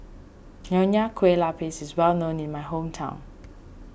Nonya Kueh Lapis is well known in my hometown